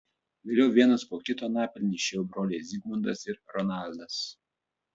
vėliau vienas po kito anapilin išėjo broliai zigmundas ir ronaldas